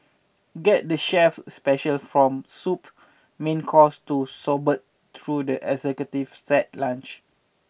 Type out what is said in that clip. get the chef's special from soup main course to sorbets through the executive set lunch